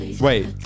Wait